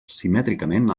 simètricament